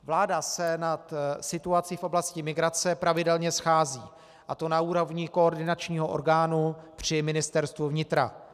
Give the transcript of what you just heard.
Vláda se nad situací v oblasti migrace pravidelně schází, a to na úrovni koordinačního orgánu při Ministerstvu vnitra.